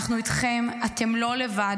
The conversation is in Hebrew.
אנחנו איתכם, אתם לא לבד.